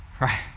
Right